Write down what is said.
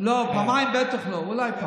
לא, פעמיים בטח לא.